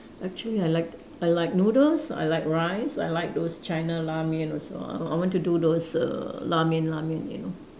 actually I like I like noodles I like rice I like those China la-mian also I I want to do those err la-mian la-mian you know